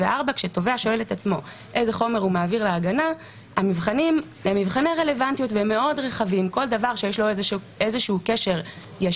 שואלים אם מידת התועלת להגנה עולה על העניין שיש שלא לגלות את הראיה.